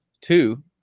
Two